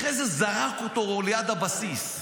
אחרי זה זרק אותו ליד הבסיס.